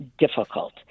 Difficult